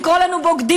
לקרוא לנו בוגדים,